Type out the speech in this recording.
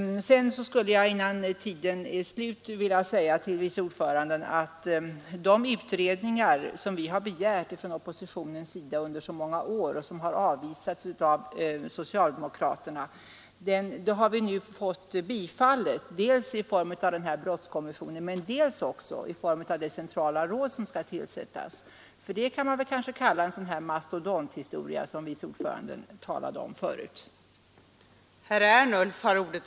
Sedan skulle jag, innan tiden är slut, vilja säga till vice ordföranden att de krav på utredningar som vi från oppositionens sida framfört under så många år och som har avvisats av socialdemokraterna har vi nu fått bifallna i form av den här brottskommissionen men också i form av det centrala råd som skall tillsättas. Det kan man kanske kalla en sådan här mastodonthistoria som vice ordföranden talade om och som enligt hennes me ning borde avvisas.